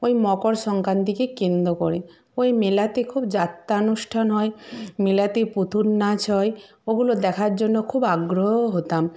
ওই মকর সংক্রান্তিকে কেন্দ্র করে ওই মেলাতে খুব যাত্রানুষ্ঠান হয় মেলাতে পুতুল নাচ হয় ওগুলো দেখার জন্য খুব আগ্রহ হতাম